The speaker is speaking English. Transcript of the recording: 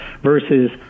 versus